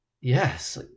yes